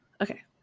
Okay